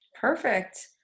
perfect